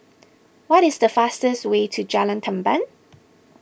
what is the fastest way to Jalan Tamban